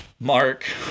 mark